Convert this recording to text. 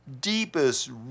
deepest